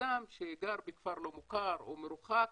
אדם שגר בכפר לא מוכר או מרוחק,